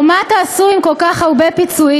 או: 'מה תעשו עם כל כך הרבה פיצויים?'